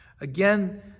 Again